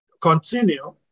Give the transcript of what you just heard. continue